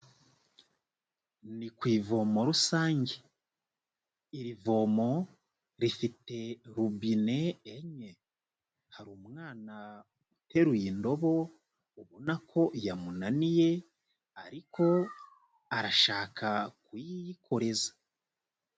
Nii ku ivomo rusange, iri vomo rifite robine enye, harimo uteruye indobo ubona ko yamunaniye ariko arashaka kuyiyikoreza.